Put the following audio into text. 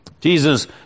Jesus